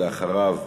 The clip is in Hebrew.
אחריו,